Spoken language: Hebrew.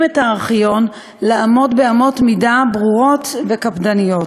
את הארכיון לעמוד באמות מידה ברורות וקפדניות.